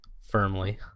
Firmly